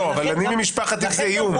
לא, אבל אני ממשפחת X זה איום.